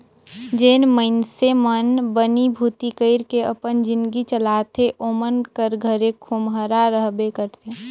जेन मइनसे मन बनी भूती कइर के अपन जिनगी चलाथे ओमन कर घरे खोम्हरा रहबे करथे